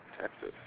Texas